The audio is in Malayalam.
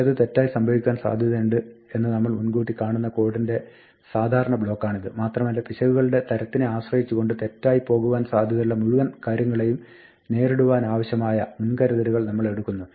ചിലത് തെറ്റായി സംഭവിക്കുവാൻ സാധ്യതയുണ്ട് എന്ന് നമ്മൾ മുൻകൂട്ടി കാണുന്ന കോഡിന്റെ സാധാരണ ബ്ലോക്കാണിത് മാത്രമല്ല പിശകുകളുടെ തരത്തിനെ ആശ്രയിച്ചുകൊണ്ട് തെറ്റായി പോകുവാൻ സാധ്യതയുള്ള മുഴുവൻ കാര്യങ്ങളെയും നേരിടുവാനാവശ്യമായ മുൻകരുതലുകൾ നമ്മളെടുക്കുന്നു